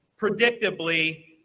predictably